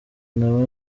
nawe